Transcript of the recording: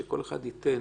שכל אחד ייתן